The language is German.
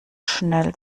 schnell